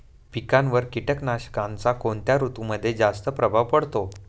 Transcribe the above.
पिकांवर कीटकनाशकांचा कोणत्या ऋतूमध्ये जास्त प्रभाव पडतो?